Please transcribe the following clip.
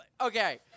okay